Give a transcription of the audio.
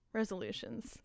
Resolutions